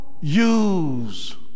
use